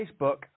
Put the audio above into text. Facebook